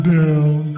down